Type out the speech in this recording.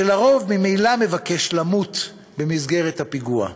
שלרוב ממילא מבקש למות במסגרת הפיגוע.